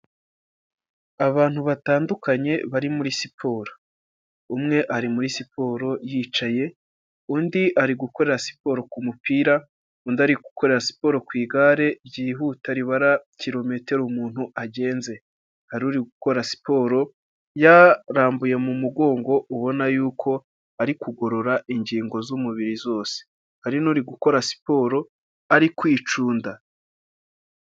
Abantu batandukanye bari muri siporo. Umwe ari muri siporo yicaye, undi ari gukora siporo ku mupira, undi arigukorera siporo ku igare ryihuta ribara kilometero umuntu agenze, hari uri gukora siporo yarambuye mu mugongo ubona yuko ari kugorora ingingo z'umubiri zose, hari n'uri gukora siporo ari kwicunda.